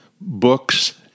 books